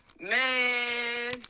Man